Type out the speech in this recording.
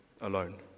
alone